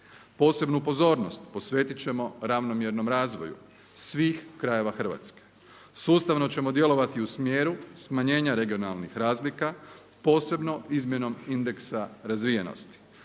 Posebnu pozornost posvetit ćemo ravnomjernom razvoju svih krajeva Hrvatske. Sustavno ćemo djelovati u smjeru smanjenja regionalnih razlika, posebno izmjenom indeksa razvijenosti.